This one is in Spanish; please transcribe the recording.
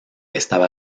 estaba